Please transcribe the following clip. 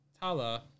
Tala